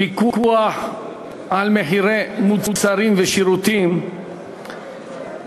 פיקוח על מחירי מצרכים ושירותים (תיקון,